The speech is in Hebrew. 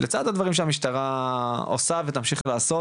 לצד הדברים שהמשטרה עושה ותמשיך לעשות